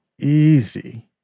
easy